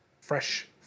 Fresh